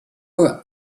were